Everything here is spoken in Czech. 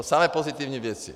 Samé pozitivní věci.